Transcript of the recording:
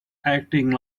acting